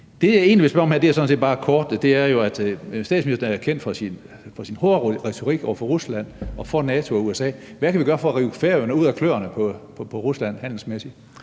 Statsministeren er kendt for sin hårde retorik over for Rusland og til fordel for NATO og USA. Hvad kan vi gøre for at rive Færøerne ud af kløerne på Rusland handelsmæssigt?